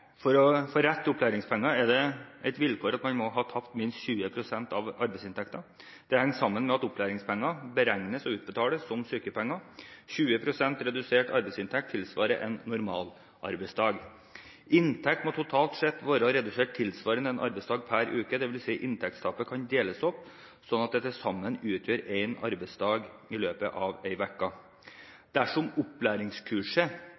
For å få rett til opplæringspenger er det et vilkår at man må ha tapt minst 20 pst. av arbeidsinntekten. Dette henger sammen med at opplæringspenger beregnes og utbetales som sykepenger. 20 pst. redusert arbeidsinntekt tilsvarer en normalarbeidsdag. Inntekt må totalt sett være redusert tilsvarende én arbeidsdag per uke, dvs. at inntektstapet kan deles opp slik at det til sammen utgjør én arbeidsdag i løpet av